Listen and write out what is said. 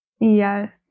Yes